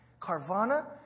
Carvana